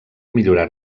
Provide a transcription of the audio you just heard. millorar